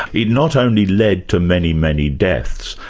it not only led to many, many deaths,